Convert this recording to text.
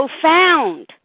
profound